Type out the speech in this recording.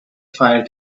fire